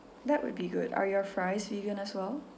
that would be good are your fries vegan as well